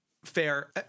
Fair